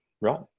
Right